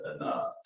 enough